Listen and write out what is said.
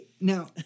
Now